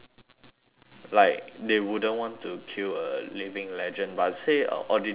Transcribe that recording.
like they wouldn't want to kill a living legend but say a ordinary person